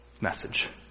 message